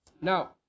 Now